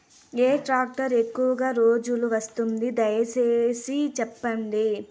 ఏ tractor ఎక్కువగా రోజులు వస్తుంది, దయసేసి చెప్పండి?